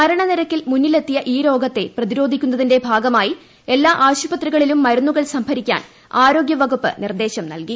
മരണനിരക്കിൽ മുന്നിലെത്തിയ ഈ രോഗത്തെ പ്രതിരോധിക്കുന്നതിന്റെ ഭാഗമായി എല്ലാ ആശുപത്രികളിലും മരുന്നുകൾ സംഭരിക്കാൻ ആരോഗ്യവകുപ്പ് നിർദ്ദേശം നൽകി